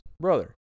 brother